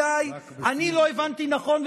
אולי אני לא הבנתי נכון.